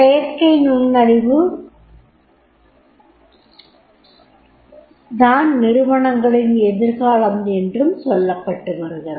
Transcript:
செயற்கை நுண்ணறிவு தான் நிறுவனங்களின் எதிர்காலம் என்றும் சொல்லப்பட்டுவருகிறது